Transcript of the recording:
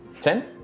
ten